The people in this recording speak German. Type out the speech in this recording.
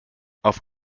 auf